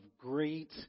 great